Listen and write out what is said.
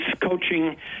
coaching